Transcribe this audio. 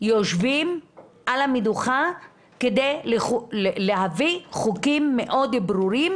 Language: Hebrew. יושבים על המדוכה כדי להביא חוקים מאוד ברורים